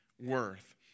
worth